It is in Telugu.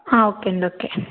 ఓకే అండి ఓకే